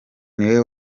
niwe